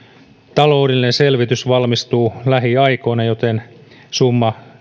taloudellinen selvitys valmistuu lähiaikoina joten summa